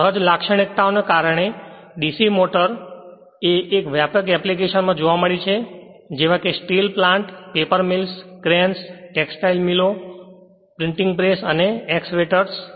સહજ લાક્ષણિકતાઓને કારણે DC મોટર્સ એ વ્યાપક એપ્લિકેશન માં જોવા મળી છે જેવા કે steel plant paper mills cranes textile મિલો પ્રિન્ટિંગ પ્રેસ અને એક્ષ્કવેટર્સ